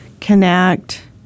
connect